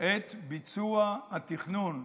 את ביצוע התכנון",